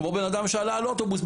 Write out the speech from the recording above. כמו בן אדם שעלה על אוטובוס,